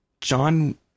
John